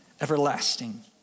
everlasting